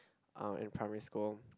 um in primary school